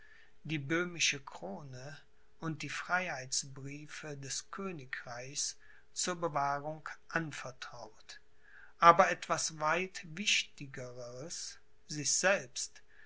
die böhmische krone und die freiheitsbriefe des königreichs zur bewahrung anvertraut aber etwas weit wichtigeres sich selbst